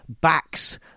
backs